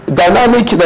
dynamic